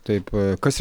taip kas